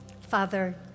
Father